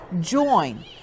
join